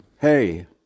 Hey